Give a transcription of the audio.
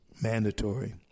mandatory